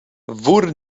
wór